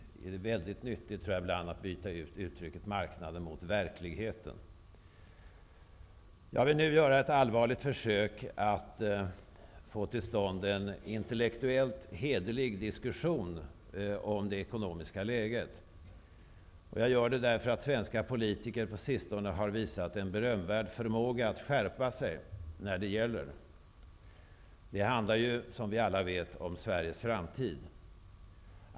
Det är väldigt nyttigt att byta ut uttrycket marknaden mot verkligheten. Jag vill nu göra ett allvarligt försök att få till stånd en intellektuellt hederlig diskussion om det ekonomiska läget. Jag gör det därför att svenska politiker på sistone har visat en berömvärd förmåga att skärpa sig när det gäller. Det handlar, som vi alla vet, om Sveriges framtid.